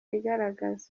igaragaza